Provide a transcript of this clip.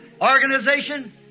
Organization